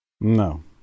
No